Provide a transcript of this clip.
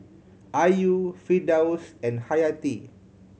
Ayu Firdaus and Hayati